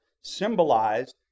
symbolized